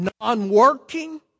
non-working